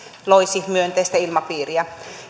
loisi myönteistä ilmapiiriä